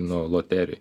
nu loterijoj